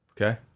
Okay